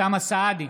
אוסאמה סעדי,